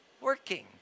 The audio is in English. working